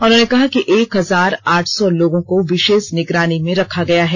उन्होंने कहा कि एक हजार आठ सौ लोगों को विशेष निगरानी में रखा गया है